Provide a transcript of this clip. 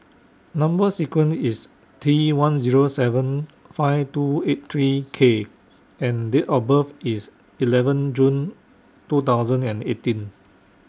Number sequence IS T one Zero seven five two eight three K and Date of birth IS eleven June two thousand and eighteen